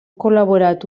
col·laborat